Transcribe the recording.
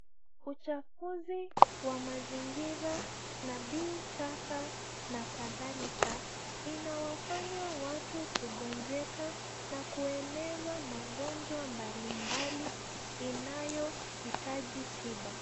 Uchafuzi wa mazingira na biwi za taka na kadhalika inawafanya watu kugonjeka na kueneza magonjwa mbalimbali inayohitaji tiba.